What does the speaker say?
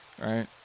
right